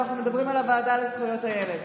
אנחנו מדברים על הוועדה לזכויות הילד.